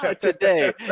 Today